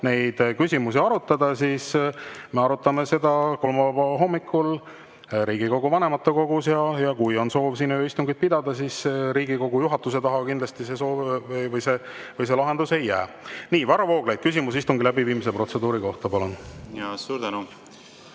neid küsimusi, siis me arutame seda kolmapäeva hommikul Riigikogu vanematekogus. Kui on soov siin ööistungeid pidada, siis Riigikogu juhatuse taha kindlasti see soov või lahendus ei jää. Nii. Varro Vooglaid, küsimus istungi läbiviimise protseduuri kohta, palun! Suur tänu!